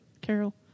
Carol